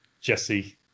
Jesse